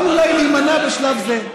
יכול אולי להימנע בשלב זה.